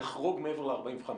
יחרוג מעבר ל-45.